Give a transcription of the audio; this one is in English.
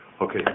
Okay